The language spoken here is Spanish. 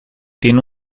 tiene